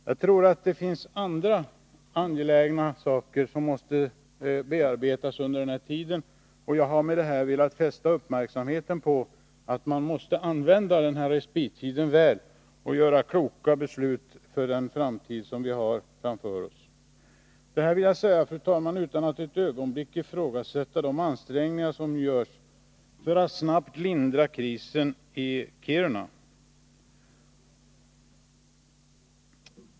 Jag tror att det finns andra angelägna frågor som måste bearbetas under den här tiden, och jag har velat fästa uppmärksamheten på att man måste använda denna respittid väl och fatta kloka beslut för den tid vi har framför oss. Detta har jag, fru talman, velat säga utan att ett ögonblick ifrågasätta de ansträngningar som nu görs för att snabbt lindra krisen i Kiruna.